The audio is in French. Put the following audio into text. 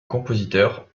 compositeur